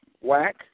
whack